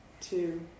two